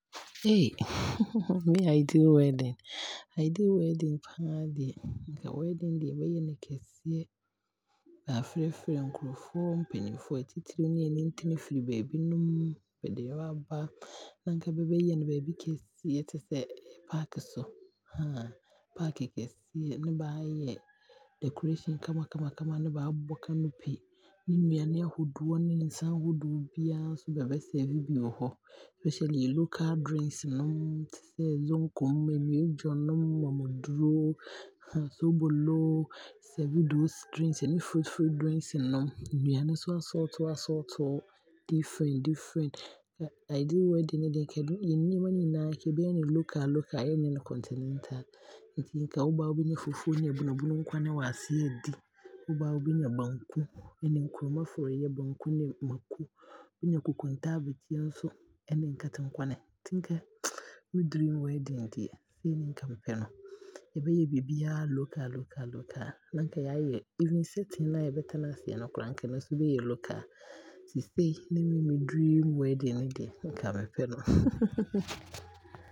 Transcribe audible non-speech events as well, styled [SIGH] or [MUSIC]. [NOISE] [LAUGHS] Me ideal wedding, ideal wedding paa deɛ nka me wedding deɛ bɛyɛ no kɛseɛ, na baafrɛ frɛ nkorɔfoɔ, mpaninfoɔ, atitire ne anintini fifi baabi nom ne bɛde bɛaba, ne nka bɛyɛ no baabi kɛseɛ te sɛ [HESITATION] park so [HESITATION] park kɛseɛ ne baayɛ decoration kama kama, ne bɛabɔ canopy ne nnuane ahodoɔ ne nsa ahodoɔ biaa nso bɛ bɛ serve bi wɔ hɔ. Especially local drinks nom, te sɛ zonkom, ɛmiejor, awuduro [HESITATION] sobolo, bɛ serve those drinks nom ɛne Fruit Fruit drinks nom. Nnuane nso assort assort, different different, ideal wedding no deɛ nka nneɛma no nyinaa nka yɛbɛyɛ no local local yɛ nyɛ no continental. Nti nka wo ba a, wobɛnya fufuo ne abunu abunu nkwane wɔ aseɛ aadi, woba a wobɛnya banku ne nkruma frɔeɛ, banku ne mako, wobɛnya kokonte abeteɛ nso ɛne nkate nkwane nti nka me dream wedding deɛ nka sei ne mepɛ no. Yɛbɛyɛ biribiaa local local local, ne nka yɛayɛ even setting no koraa yɛbɛtena ase no nka ɛno nso bɛyɛ local. Nti sei ne me dream wedding deɛ nka mɛpɛ no [LAUGHS]